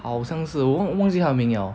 好像是忘忘记他的名了